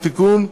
בתיקון,